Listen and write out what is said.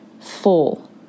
full